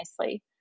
nicely